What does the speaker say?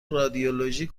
رادیولوژی